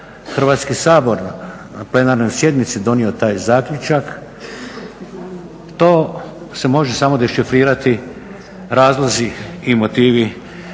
Hrvatski sabor na plenarnoj sjednici donio taj zaključak. To se može samo dešifrirati razlozi i motivi